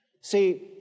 see